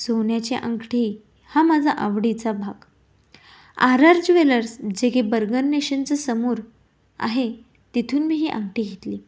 सोन्याची अंगठी हा माझा आवडीचा भाग आर आर ज्वेलर्स जे की बर्गर नेशनच्या समोर आहे तिथून मी ही अंगठी घेतली